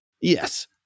Yes